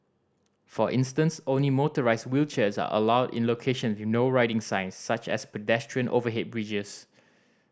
for instance only motorised wheelchairs are allowed in locations with No Riding signs such as pedestrian overhead bridges